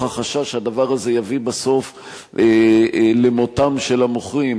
חשש שהדבר הזה יביא לבסוף למותם של המוכרים,